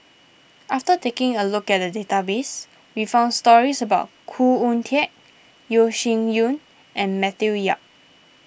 after taking a look at the database we found stories about Khoo Oon Teik Yeo Shih Yun and Matthew Yap